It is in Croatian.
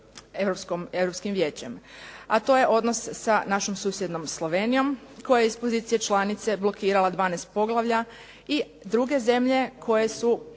Europskim vijećem, a to je odnos sa našom susjednom Slovenijom koja je iz pozicije članice blokirala 12 poglavlja i druge 2 zemlje koje su